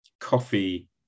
coffee